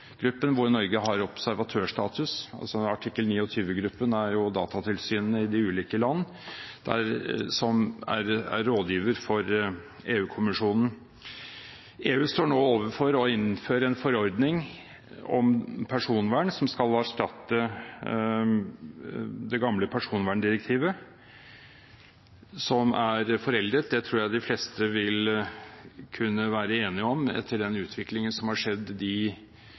hvor Norge har observatørstatus. Artikkel 29-gruppen består av ulike lands datatilsyn, og er rådgiver for EU-kommisjonen. EU står nå overfor å innføre en forordning om personvern som skal erstatte det gamle personverndirektivet, som er foreldet – det tror jeg de fleste vil kunne være enige om – etter den utviklingen som har skjedd i de